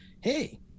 hey